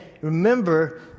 remember